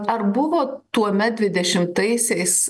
ar buvo tuomet dvidešimtaisiais